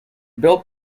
built